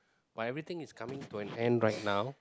but everything is coming to an end right now